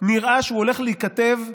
נראה שהוא הולך להיכתב בדמנו.